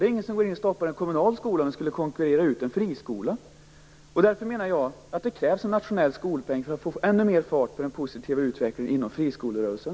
Det är ingen som går in och stoppar en kommunal skola om den skulle konkurrera ut en friskola. Därför menar jag att det krävs en nationell skolpeng för att få ännu mer fart på den positiva utvecklingen inom friskolerörelsen.